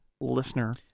listener